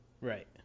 Right